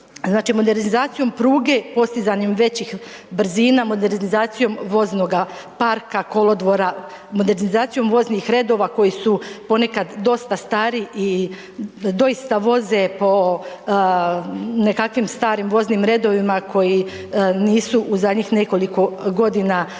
modernizacijom pruge i postizanjem većih brzina, modernizacijom voznoga parka, kolodvora, modernizacijom voznih redova koji su ponekad dosta stari i doista voze po nekakvim starim voznim redovima koji nisu u zadnjih nekoliko godina se